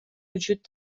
وجود